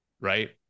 right